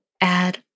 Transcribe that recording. add